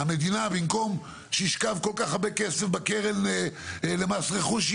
במקום שישכב כל כך הרבה כסף בקרן למס רכוש,